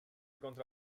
contro